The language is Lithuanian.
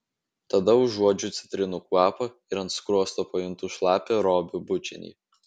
tada užuodžiu citrinų kvapą ir ant skruosto pajuntu šlapią robio bučinį